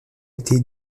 été